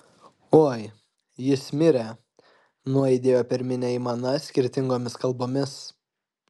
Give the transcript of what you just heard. oi jis mirė nuaidėjo per minią aimana skirtingomis kalbomis